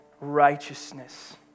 righteousness